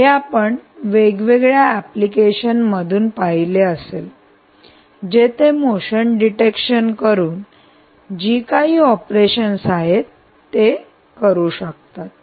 हे आपण वेगवेगळ्या एप्लीकेशन मधून पाहिले असेल जिथे मोशन डिटेक्शन करून जी काही ऑपरेशन्स आहेत ते करू शकतात